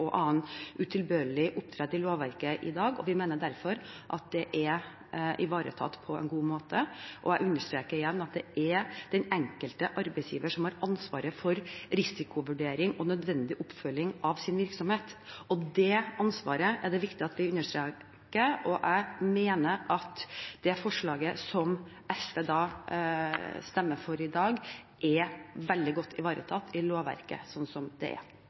og annen utilbørlig opptreden i lovverket i dag, og vi mener derfor at det er ivaretatt på en god måte. Jeg understreker igjen at det er den enkelte arbeidsgiver som har ansvaret for risikovurdering og nødvendig oppfølging av sin virksomhet. Det ansvaret er det viktig at vi understreker, og jeg mener at det forslaget som SV da stemmer for i dag, er veldig godt ivaretatt i lovverket slik det er.